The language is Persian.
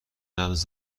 نبض